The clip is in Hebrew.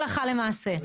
הלכה למעשה,